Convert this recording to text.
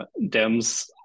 Dems